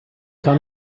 come